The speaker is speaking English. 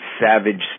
Savage